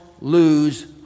lose